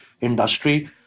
industry